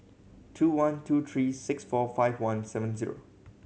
two one two three six four five one seven zero